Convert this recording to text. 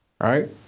right